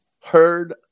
heard